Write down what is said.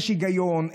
יש היגיון,